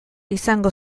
izango